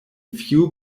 few